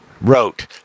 wrote